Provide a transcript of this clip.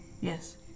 Yes